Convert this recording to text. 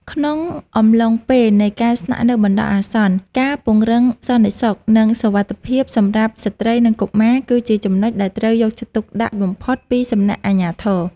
ក្នុងអំឡុងពេលនៃការស្នាក់នៅបណ្តោះអាសន្ន ការពង្រឹងសន្តិសុខនិងសុវត្ថិភាពសម្រាប់ស្ត្រីនិងកុមារ គឺជាចំណុចដែលត្រូវយកចិត្តទុកដាក់បំផុតពីសំណាក់អាជ្ញាធរ។